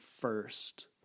first